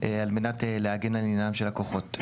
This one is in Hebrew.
על מנת להגן על עניינם של הלקוחות.